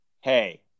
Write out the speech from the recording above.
Hey